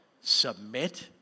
submit